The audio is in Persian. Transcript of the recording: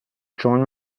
چون